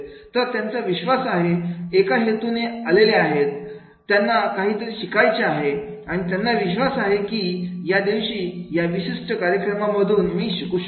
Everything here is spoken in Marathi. तर त्यांचा विश्वास आहे एका हेतूने आलेले आहेत त्यांना काहीतरी शिकायचे आणि त्यांना विश्वास आहे की या दिवशी या विशिष्ट कार्यक्रमांमधून मी शिकू शकतो